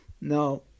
No